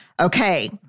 Okay